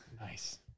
Nice